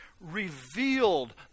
revealed